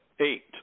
Eight